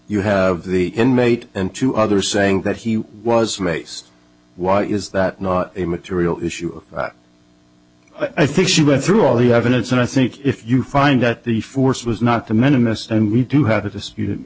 you have the inmate and two others saying that he was maced why is that not a material issue i think she went through all the evidence and i think if you find that the force was not a minimalist and we do have a disputed